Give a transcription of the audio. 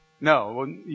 No